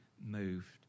moved